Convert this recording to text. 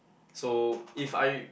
so if I